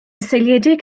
seiliedig